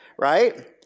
Right